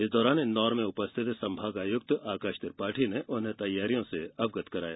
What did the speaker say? इस दौरान इंदौर में उपस्थित संभागायुक्त आकाश त्रिपाठी ने उन्हें तैयारियों से अवगत कराया